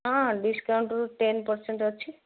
ହଁ ଡିସ୍କାଉଣ୍ଟରୁ ten percent ଅଛି